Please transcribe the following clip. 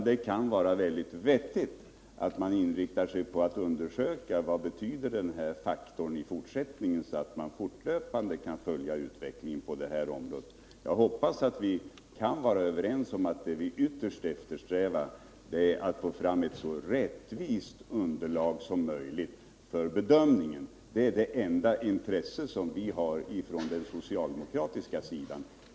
Det kan vara klokt att inrikta sig på att undersöka vad denna faktor betyder, så att man fortlöpande kan följa utvecklingen på området. Jag hoppas att vi kan vara överens om att vad vi ytterst eftersträvar är att få fram ett så rättvist underlag som möjligt för inkomst och standardjämförelserna. Det är åtminstone det enda intresse vi har på den socialdemokratiska sidan.